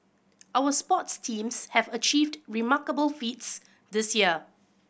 our sports teams have achieved remarkable feats this year